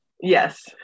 Yes